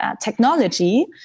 technology